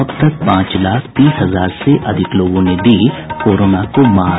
अब तक पांच लाख तीस हजार से अधिक लोगों ने दी कोरोना को मात